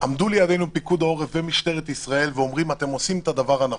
עמדו לידינו פיקוד העורף ומשטרת ישראל ואמרו: אתם עושים את הדבר הנכון,